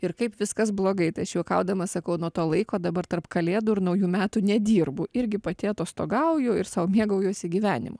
ir kaip viskas blogai tai aš juokaudama sakau nuo to laiko dabar tarp kalėdų ir naujų metų nedirbu irgi pati atostogauju ir sau mėgaujuosi gyvenimu